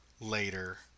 later